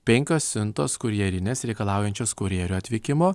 penkios siuntos kurjerinės reikalaujančios kurjerio atvykimo